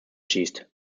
schießt